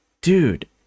dude